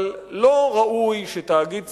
אבל לא ראוי שתאגיד ציבורי,